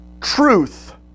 truth